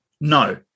No